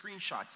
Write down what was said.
screenshots